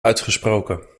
uitgesproken